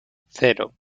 cero